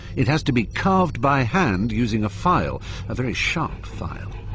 it has to be carved by hand using a file a very sharp file.